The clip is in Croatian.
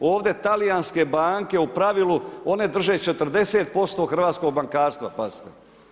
Ovdje talijanske banke u pravilu one drže 40% hrvatskog bankarstva pazite.